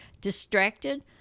distracted